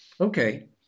Okay